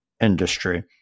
industry